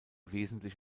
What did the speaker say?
wesentlich